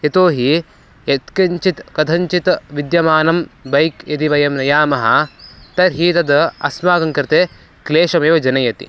यतोहि यत्किञ्चित् कथञ्चित् विद्यमानं बैक् यदि वयं नयामः तर्हि तद अस्माकं कृते क्लेशमेव जनयति